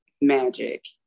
magic